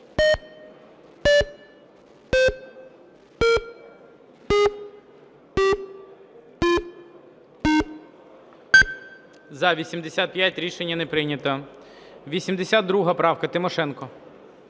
За-85 Рішення не прийнято. 82 правка, Тимошенко.